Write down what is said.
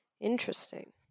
Interesting